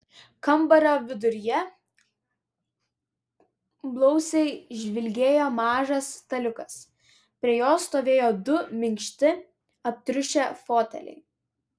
kambario viduryje blausiai žvilgėjo mažas staliukas prie jo stovėjo du minkšti aptriušę foteliai